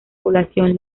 población